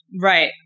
Right